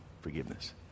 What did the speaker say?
forgiveness